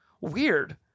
Weird